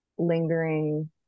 lingering